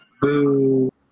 Boo